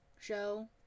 show